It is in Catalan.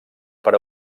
per